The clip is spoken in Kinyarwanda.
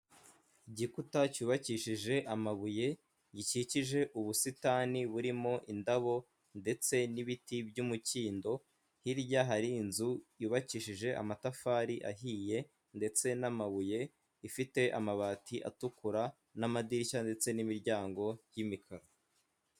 Ikibuga gikinirwamo umukino w'amaboko arimo voreboru, imbere yacyo hakaba hari amazu yubatse mu bwoko bumwe agiye atandukanye, n'ibiti biyakikije n'izindi ndabo ziri ku ruhande rw'ikibuga n'ibyatsi.